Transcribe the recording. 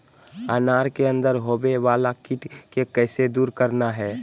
अनार के अंदर होवे वाला कीट के कैसे दूर करना है?